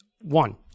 One